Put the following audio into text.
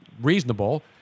reasonable